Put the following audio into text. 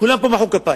כולם פה מחאו כפיים.